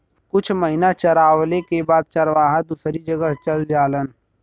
कुछ महिना चरवाले के बाद चरवाहा दूसरी जगह चल जालन